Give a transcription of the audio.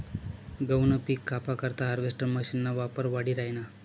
गहूनं पिक कापा करता हार्वेस्टर मशीनना वापर वाढी राहिना